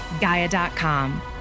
Gaia.com